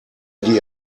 die